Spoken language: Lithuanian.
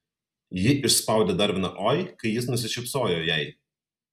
ji išspaudė dar vieną oi kai jis nusišypsojo jai